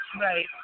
Right